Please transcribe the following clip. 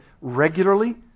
regularly